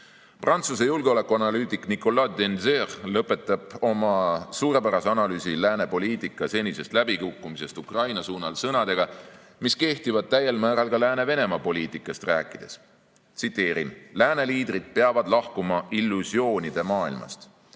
nimedega. Prantsuse julgeolekuanalüütik Nicolas Tenzer lõpetab oma suurepärase analüüsi lääne poliitika senisest läbikukkumisest Ukraina suunal sõnadega, mis kehtivad täiel määral ka lääne Venemaa‑poliitikast rääkides. Tsiteerin: "Lääne liidrid peavad lahkuma illusioonide maailmast.